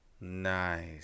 nice